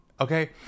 Okay